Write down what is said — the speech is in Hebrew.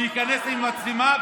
שהוא ייכנס עם מצלמה,